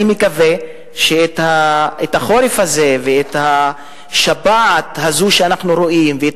אני מקווה שאת החורף הזה ואת השפעת הזאת שאנחנו רואים ואת